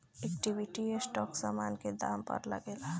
equity stock समान के दाम पअ लागेला